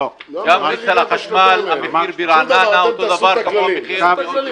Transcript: לא --- המחיר של החשמל ברעננה הוא אותו מחיר.